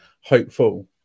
hopeful